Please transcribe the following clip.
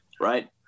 right